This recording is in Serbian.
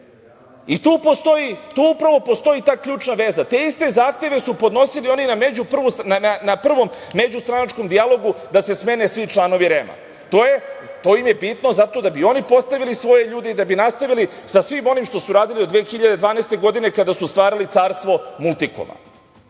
Tu upravo postoji ta ključna veza. Te iste zahteve su podnosili oni na prvom međustranačkom dijalogu da se smene svi članovi REM-a. To im je bitno zato da bi oni postavili svoje ljude i da bi nastavili sa svim onim što su radili od 2012. godine kada su stvarali carstvo „Multikoma“.Molim